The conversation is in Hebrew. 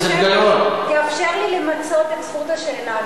כיוון שנכנסת בתשובתו של השר,